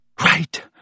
Right